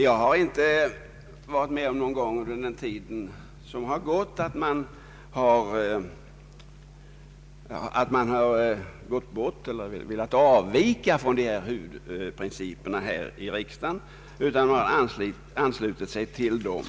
Jag har inte någon gång varit med om att man har velat avvika från dessa huvudprinciper i riksdagen, utan man har anslutit sig till dem.